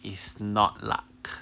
is not luck